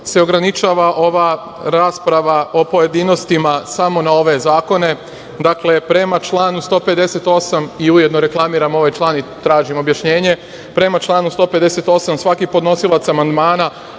se ograničava ova rasprava o pojedinostima samo na ovaj zakone? Dakle, prema članu 158. i ujedno reklamiram ovaj član i tražim objašnjenje, prema članu 158. svaki podnosilac amandmana